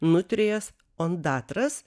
nutrijas ondatras